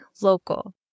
local